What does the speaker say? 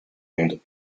monde